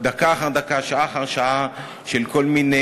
כל מיני